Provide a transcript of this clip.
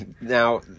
now